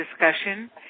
discussion